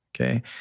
Okay